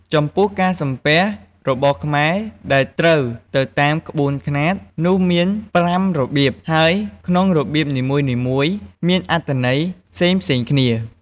ចំពោះការសំពះរបស់ខ្មែរដែលត្រូវទៅតាមក្បូនខ្នាតនោះមានប្រាំរបៀប ហើយក្នុងរបៀបនីមួយៗមានអត្ថន័យផ្សេងៗគ្នា។